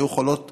שהיו יכולות